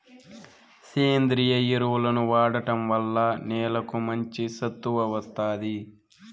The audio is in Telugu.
సేంద్రీయ ఎరువులను వాడటం వల్ల నేలకు మంచి సత్తువ వస్తాది